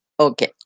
okay